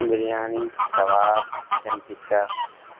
biryani kebab chicken tikka